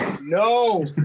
no